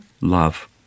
love